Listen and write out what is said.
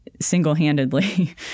single-handedly